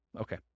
Okay